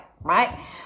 right